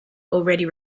already